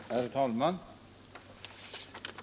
Herr talman!